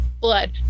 blood